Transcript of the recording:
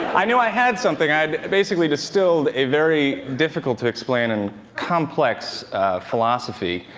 i knew i had something. i'd basically distilled a very difficult-to-explain and complex philosophy,